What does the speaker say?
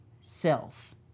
self